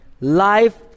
life